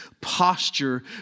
posture